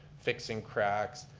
fixing cracks.